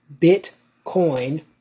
Bitcoin